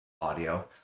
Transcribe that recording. audio